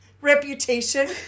reputation